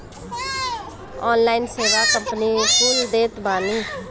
online सेवा company कुल देत बानी